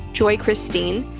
joy christine,